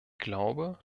glaube